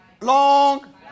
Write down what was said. long